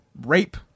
rape